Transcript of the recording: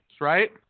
right